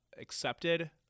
accepted